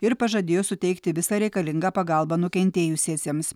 ir pažadėjo suteikti visą reikalingą pagalbą nukentėjusiesiems